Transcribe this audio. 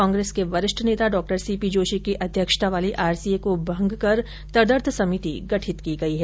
कांग्रेस के वरिष्ठ नेता डॉ सी पी जोशी की अध्यक्षता वाली आरसीए को भंग कर तदर्थ समिति गठित कर दी गई है